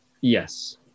yes